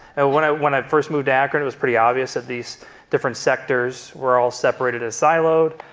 when i when i first moved to akron, it was pretty obvious that these different sectors were all separated, siloed,